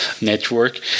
network